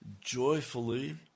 joyfully